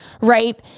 right